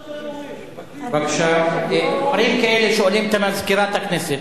דברים כאלה שואלים את מזכירת הכנסת,